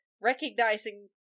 recognizing